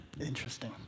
Interesting